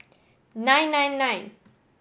nine nine nine